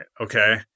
Okay